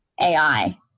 AI